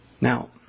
Now